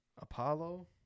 Apollo